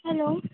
hello